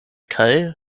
kaj